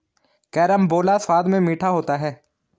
carambola स्वाद में मीठा होता है